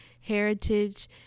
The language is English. heritage